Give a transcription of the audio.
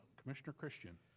commissioner christian.